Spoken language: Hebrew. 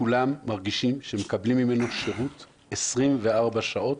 כולם מרגישים שמקבלים ממנו שירות 24 שעות,